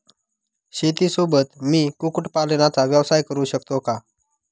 शेतीसोबत मी कुक्कुटपालनाचा व्यवसाय करु शकतो का?